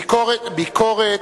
ביקורת, ביקורת